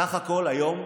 בסך הכול היום,